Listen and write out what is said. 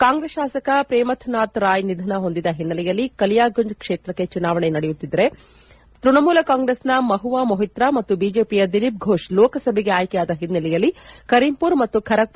ಕಾಂಗ್ರೆಸ್ ಶಾಸಕ ಪ್ರೇಮಥನಾಥ್ ರಾಯ್ ನಿಧನ ಹೊಂದಿದ ಓನ್ನೆಲೆಯಲ್ಲಿ ಕಲಿಯಗುಂಜ್ ಕ್ಷೇತ್ರಕ್ಕೆ ಚುನಾವಣೆ ನಡೆಯುತ್ತಿದ್ದರೆ ತ್ಯಣಮೂಲ ಕಾಂಗ್ರೆಸ್ನ ಮಹುವಾ ಮೊಹಿತ್ರಾ ಮತ್ತು ಬಿಜೆಪಿಯ ದಿಲೀಪ್ ಘೋಷ್ ಲೋಕಸಭೆಗೆ ಆಯ್ಕೆಯಾದ ಹಿನ್ನೆಲೆಯಲ್ಲಿ ಕರೀಂಪುರ್ ಮತ್ತು ಖರಗ್ಮರ ಕ್ಷೇತ್ರಗಳಿಗೆ ಚುನಾವಣೆ ನಡೆಯುತ್ತಿದೆ